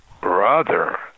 Brother